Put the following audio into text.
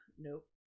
Nope